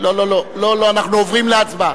אנחנו עוברים להצבעה.